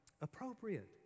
appropriate